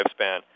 lifespan